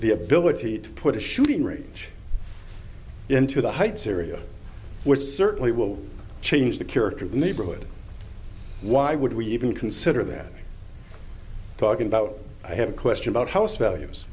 the ability to put a shooting range into the heights area which certainly will change the character of the neighborhood why would we even consider that talking about i have a question about house values